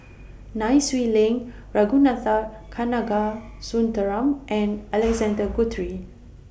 Nai Swee Leng Ragunathar Kanagasuntheram and Alexander Guthrie